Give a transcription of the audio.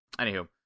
Anywho